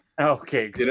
Okay